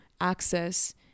access